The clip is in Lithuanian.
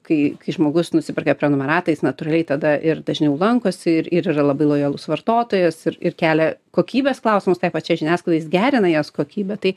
kai kai žmogus nusiperka prenumeratą jis natūraliai tada ir dažniau lankosi ir ir yra labai lojalus vartotojas ir ir kelia kokybės klausimus tai pačiai žiniasklaidai jis gerina jos kokybę tai